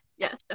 Yes